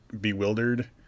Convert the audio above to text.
bewildered